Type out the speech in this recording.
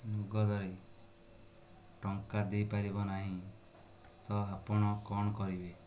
ନଗଦରେ ଟଙ୍କା ଦେଇପାରିବ ନାହିଁ ତ ଆପଣ କ'ଣ କରିବେ